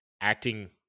acting